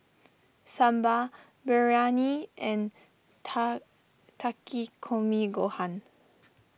Sambar Biryani and Takikomi Gohan